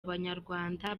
abanyarwanda